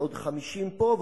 ועוד 50 פה,